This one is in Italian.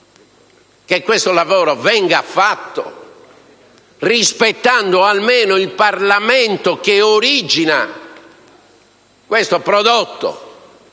fosse fatto, esso venga fatto rispettando almeno il Parlamento, che origina questo prodotto